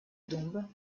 dombes